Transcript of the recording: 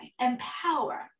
empower